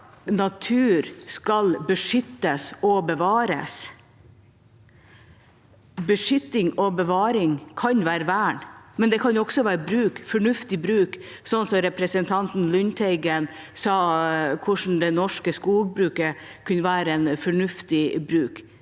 natur skal beskyttes og bevares. Beskyttelse og bevaring kan være vern, men det kan også være fornuftig bruk, slik representanten Lundteigen sa i forbindelse med hvordan det norske skogbruket kan være fornuftig bruk.